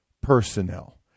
personnel